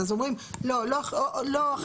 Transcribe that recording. אז אומרים לא עכשיו,